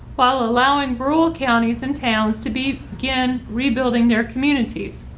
while allowing rural counties and towns to be again rebuilding their communities.